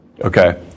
Okay